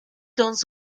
dans